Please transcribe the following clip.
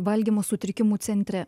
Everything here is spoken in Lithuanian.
valgymo sutrikimų centre